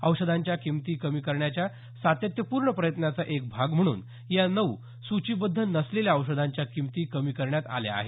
औषधांच्या किंमती कमी करणाच्या सातत्यपूर्ण प्रयत्नाचा एक भाग म्हणून या नऊ सूचिबध्द नसलेल्या औषधांच्या किंमती कमी करण्यात आल्या आहेत